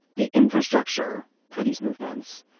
the infrastructure for these movements.